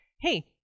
hey